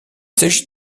s’agit